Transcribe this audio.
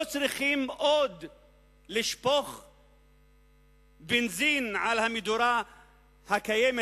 לא צריך לשפוך עוד בנזין על המדורה הקיימת,